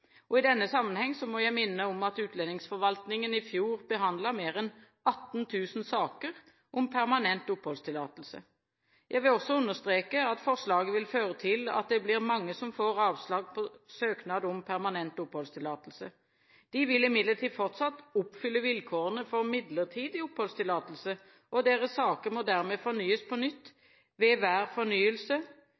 Og i denne sammenheng må jeg minne om at utlendingsforvaltningen i fjor behandlet mer enn 18 000 saker om permanent oppholdstillatelse. Jeg vil også understreke at forslaget vil føre til at det blir mange som får avslag på søknad om permanent oppholdstillatelse. De vil imidlertid fortsatt oppfylle vilkårene for midlertidig oppholdstillatelse, og deres saker må dermed vurderes på nytt ved hver fornyelse